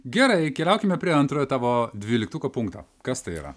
gerai keliaukime prie antrojo tavo dvyliktuko punkto kas tai yra